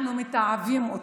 אנחנו מתעבים אותו.